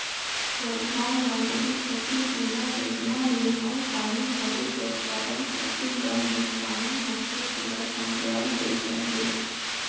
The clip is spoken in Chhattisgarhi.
परधानमंतरी फसिल बीमा योजना में अब पानी भरे कर कारन फसिल ल नोसकानी होथे तेला संघराल गइस अहे